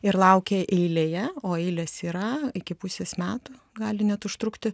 ir laukia eilėje o eilės yra iki pusės metų gali net užtrukti